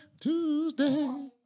Tuesday